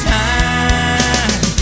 time